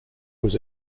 was